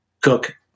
Cook